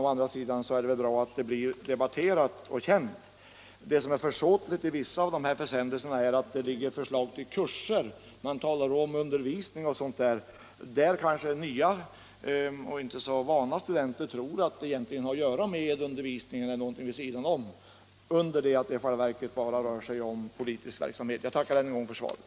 Å andra sidan är det väl bra att den här frågan blir debatterad och känd. Vad som är försåtligt med vissa av de här försändelserna är att de innehåller förslag till kurser. Man talar om undervisning o. d. Nya, inte så vana studenter kanske då tror att det egentligen har att göra med undervisningen, medan det i själva verket bara rör sig om politisk verksamhet. Jag tackar än en gång för svaret.